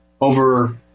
over